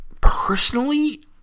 Personally